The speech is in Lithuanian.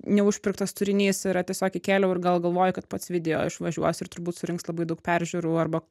neužpirktas turinys yra tiesiog įkėliau ir gal galvoji kad pats video išvažiuos ir turbūt surinks labai daug peržiūrų arba